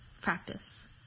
Practice